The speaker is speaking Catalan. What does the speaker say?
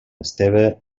esteve